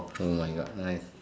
oh my god nice